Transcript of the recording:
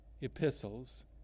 epistles